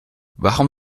warum